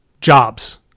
jobs